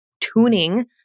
tuning